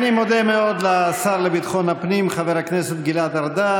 אני מודה מאוד לשר לביטחון הפנים חבר הכנסת גלעד ארדן,